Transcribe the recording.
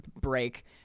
break